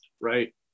Right